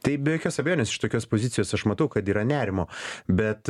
tai be jokios abejonės iš tokios pozicijos aš matau kad yra nerimo bet